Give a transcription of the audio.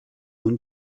اون